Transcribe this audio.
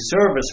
service